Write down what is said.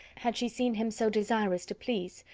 had she seen him so desirous to please,